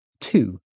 Two